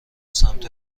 سمت